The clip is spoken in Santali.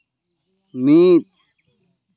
ᱢᱤᱫ